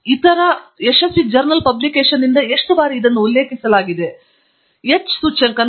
ಮತ್ತು ಇತರ ಯಶಸ್ವಿ ಜರ್ನಲ್ ಪಬ್ಲಿಕೇಷನ್ಸ್ನಿಂದ ಎಷ್ಟು ಬಾರಿ ಇದನ್ನು ಉಲ್ಲೇಖಿಸಲಾಗಿದೆ ಎಂದು ಉಲ್ಲೇಖಿಸಲಾಗಿದೆ